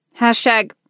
Hashtag